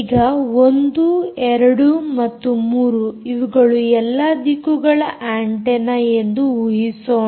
ಈಗ 1 2 ಮತ್ತು 3 ಇವುಗಳು ಎಲ್ಲಾ ದಿಕ್ಕುಗಳ ಆಂಟೆನ್ನ ಎಂದು ಊಹಿಸೋಣ